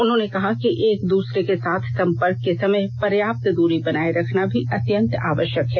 उन्होंने कहा कि एक दूसरे के साथ संपर्क के समय पर्याप्त दूरी बनाए रखना भी अत्यंत आवश्यक है